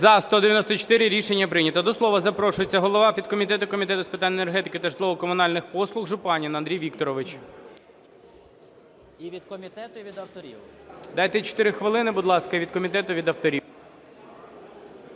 За-194 Рішення прийнято. До слова запрошується голова підкомітету Комітету з питань енергетики та житлово-комунальних послуг Жупанин Андрій Вікторович. ЖУПАНИН А.В. І від комітету і від авторів. ГОЛОВУЮЧИЙ. Дайте 4 хвилини, будь ласка. І від комітету і від авторів.